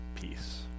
peace